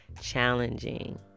challenging